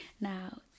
now